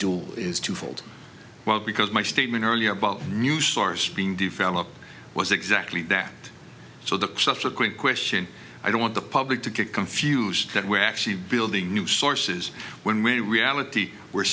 dual is twofold well because my statement earlier about music stores being developed was exactly that so the subsequent question i don't want the public to get confused that we're actually building new sources when we're in reality we're